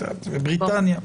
בריטניה.